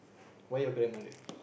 why your grandmother